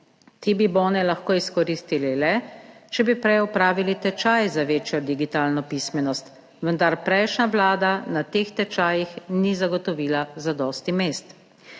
Ti bi bone lahko izkoristili le, če bi prej opravili tečaj za večjo digitalno pismenost, vendar prejšnja vlada na teh tečajih ni zagotovila zadosti mest.